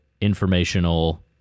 informational